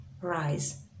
rise